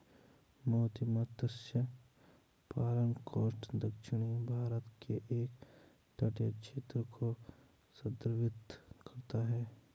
मोती मत्स्य पालन कोस्ट दक्षिणी भारत के एक तटीय क्षेत्र को संदर्भित करता है